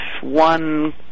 one